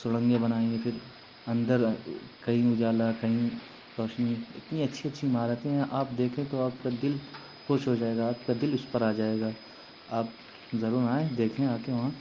سرنگیں بنائی ہیں پھر اندر کہیں اجالا کہیں روشنی اتنی اچھی اچھی عمارتیں ہیں آپ دیکھیں تو آپ کا دل خوش ہو جائے گا آپ کا دل اس پر آ جائے گا آپ ضرور آئیں دیکھیں آ کے وہاں